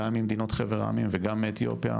גם ממדינות חבר העמים וגם מאתיופיה,